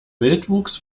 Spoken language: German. wildwuchs